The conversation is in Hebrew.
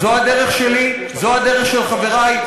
זו הדרך שלי, זו הדרך של חברי.